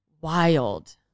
wild